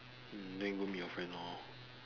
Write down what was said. then go meet your friend lor